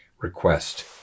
request